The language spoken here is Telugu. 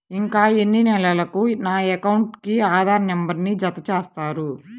ఇంకా ఎన్ని నెలలక నా అకౌంట్కు ఆధార్ నంబర్ను జత చేస్తారు?